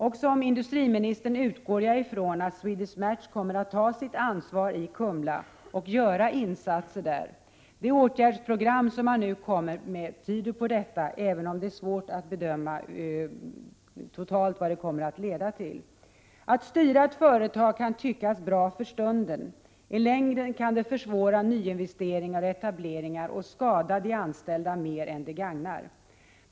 Liksom industriministern utgår jag ifrån att Swedish Match kommer att ta sitt ansvar i Kumla och göra insatser där. Det åtgärdsprogram som man nu kommer med tyder på detta, även om det är svårt att bedöma vad det totalt kommer att leda till. Att styra ett företag kan tyckas bra för stunden. I längden kan det försvåra nyinvesteringar och etableringar och skada de anställda mer än det gagnar.